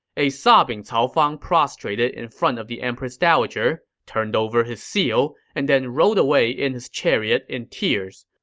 a sobbing cao fang prostrated in front of the empress dowager, turned over his seal, and then rode away in his chariot in tears.